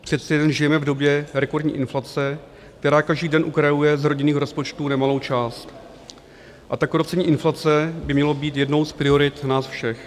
Přece jen žijeme v době rekordní inflace, která každý den ukrajuje z rodinných rozpočtů nemalou část, a tak krocení inflace by mělo být jednou z priorit nás všech.